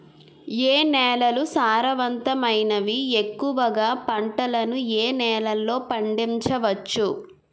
ఏ నేలలు సారవంతమైనవి? ఎక్కువ గా పంటలను ఏ నేలల్లో పండించ వచ్చు?